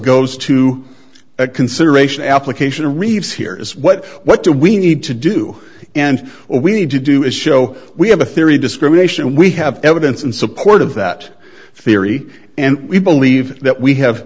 goes to a consideration application of reeves here is what what do we need to do and we need to do is show we have a theory discrimination we have evidence in support of that theory and we believe that we have